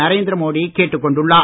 நரேந்திர மோடி கேட்டுக் கொண்டுள்ளார்